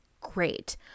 great